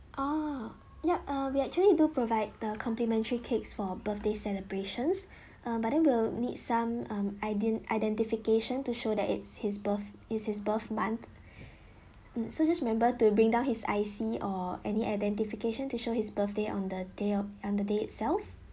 oh yup uh we actually do provide the complimentary cakes for birthday celebrations uh but then we'll need some um iden~ identification to show that it's his birth is his birth month mm so just remember to bring down his I_C or any identification to show his birthday on the day of on the day itself